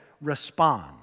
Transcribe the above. respond